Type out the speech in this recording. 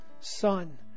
son